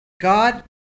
God